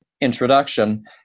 introduction